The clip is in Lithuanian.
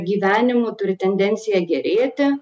gyvenimu turi tendenciją gerėti